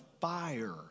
fire